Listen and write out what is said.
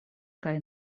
kaj